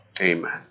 amen